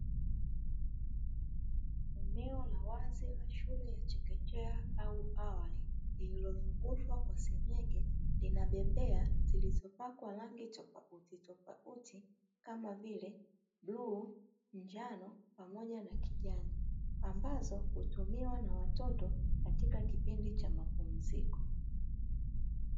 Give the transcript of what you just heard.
Eneo la wazi la shule ya chekechea au awali lililozungushwa kwa seng'eng'e, lina bembea zilizopakwa rangi tofauti tofauti kama vile bluu, njano pamoja na kijani, ambazo hutumiwa na watoto katika kipindi cha mapumziko.